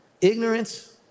Ignorance